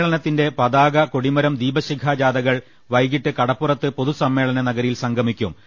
സമ്മേളനത്തിന്റെ പതാക കൊടിമരം ദീപശിഖ ജാഥകൾ വൈകീട്ട് കടപ്പുറത്ത് പൊതുസമ്മേളന നഗരി യിൽ സംഗമിക്കും